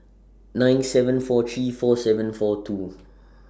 nine seven four three four seven four two